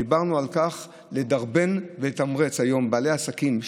ודיברנו על כך שצריך לדרבן ולתמרץ היום בעלי עסקים,